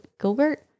Gilbert